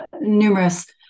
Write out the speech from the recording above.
numerous